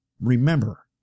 Remember